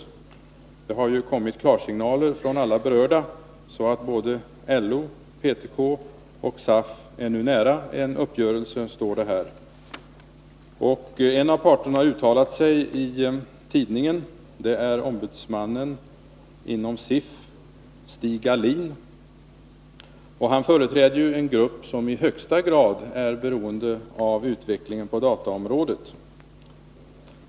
Det har ju kommit klarsignaler från alla berörda, så enligt uppgift är både LO, PTK och SAF nära en uppgörelse. En av parterna har uttalat sig i tidningen, nämligen ombudsmannen inom SIF Stig Ahlin. Han företräder ju en grupp som i högsta grad är beroende av utvecklingen på dataområdet.